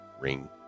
Ring